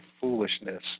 foolishness